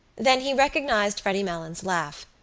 then he recognised freddy malins' laugh.